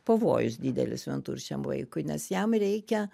pavojus didelis vienturčiam vaikui nes jam reikia